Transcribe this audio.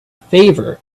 favor